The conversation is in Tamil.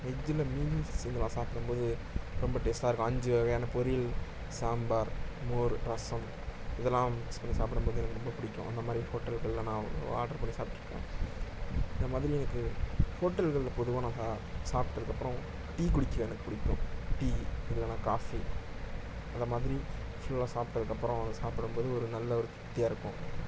வெஜ்ஜில் மீல்ஸ் நான் சாப்பிடும்போது ரொம்ப டேஸ்டாக இருக்கும் அஞ்சு வகையான பொரியல் சாம்பார் மோர் ரசம் இதலாம் மிக்ஸ் பண்ணி சாப்பிடும்போது எனக்கு ரொம்ப பிடிக்கும் அந்தமாதிரி ஹோட்டல்களில் நான் ஆட்ரு பண்ணி சாப்பிட்ருக்கேன் இந்தமாதிரி எனக்கு ஹோட்டல்களில் பொதுவாக நான் சாப்பிட்டதுக்கு அப்றம் டீ குடிக்க எனக்கு பிடிக்கும் டீ இல்லைனா காபி அந்தமாதிரி ஃபுல்லாக சாப்பிட்டதுக்கு அப்பறம் சாப்பிடும்போது ஒரு நல்ல ஒரு திருப்தியாக இருக்கும்